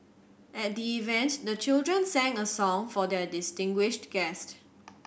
at the event the children sang a song for their distinguished guest